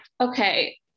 okay